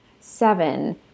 Seven